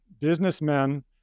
businessmen